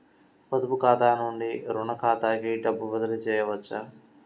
పొదుపు ఖాతా నుండీ, రుణ ఖాతాకి డబ్బు బదిలీ చేయవచ్చా?